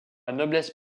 noblesse